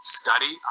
study